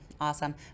Awesome